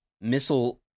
missile